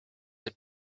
had